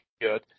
good